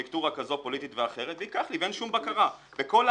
ובקוניוקטורה פוליטית כזו או אחרת ייקח לי ואין שום בקרה.